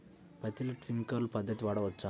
పత్తిలో ట్వింక్లర్ పద్ధతి వాడవచ్చా?